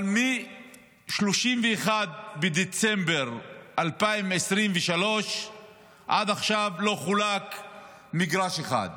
אבל מ-31 בדצמבר 2023 עד עכשיו לא חולק מגרש אחד.